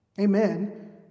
Amen